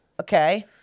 Okay